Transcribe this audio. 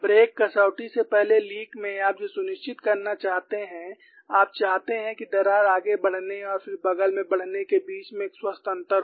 break कसौटी से पहले लीक में आप जो सुनिश्चित करना चाहते हैं आप चाहते हैं कि दरार आगे बढ़ने और फिर बग़ल में बढ़ने के बीच में एक स्वस्थ अंतर हो